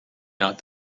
not